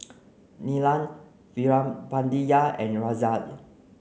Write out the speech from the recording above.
Neelam Veerapandiya and Razia